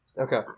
Okay